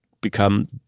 become